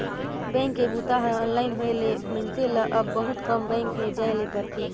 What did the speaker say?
bank के बूता हर ऑनलाइन होए ले मइनसे ल अब बहुत कम बेंक में जाए ले परथे